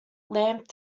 lamp